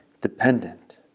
dependent